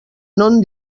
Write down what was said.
non